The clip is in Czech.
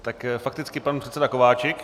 Tak fakticky pan předseda Kováčik.